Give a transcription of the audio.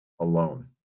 alone